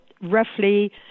roughly